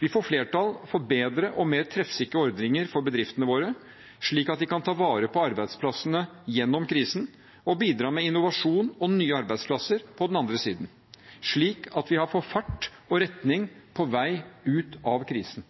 Vi får flertall for bedre og mer treffsikre ordninger for bedriftene våre, slik at de kan ta vare på arbeidsplassene gjennom krisen og bidra med innovasjon og nye arbeidsplasser på den andre siden, slik at vi har fart og retning på vei ut av krisen,